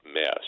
mess